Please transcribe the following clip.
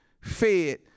fed